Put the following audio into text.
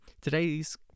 Today's